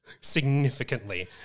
significantly